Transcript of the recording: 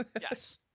Yes